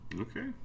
Okay